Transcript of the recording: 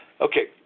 Okay